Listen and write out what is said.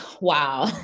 Wow